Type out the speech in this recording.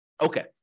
Okay